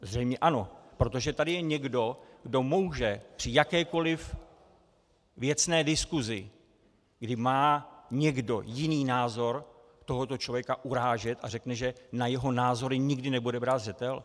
Zřejmě ano, protože tady je někdo, kdo může při jakékoli věcné diskusi, kdy má někdo jiný názor, tohoto člověk urážet, a řekne, že na jeho názory nikdy nebude brát zřetel.